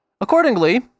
Accordingly